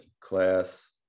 class